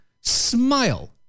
smile